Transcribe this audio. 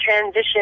transition